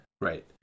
Right